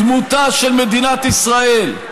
דמותה של מדינת ישראל,